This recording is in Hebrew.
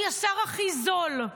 אני השר הכי זול.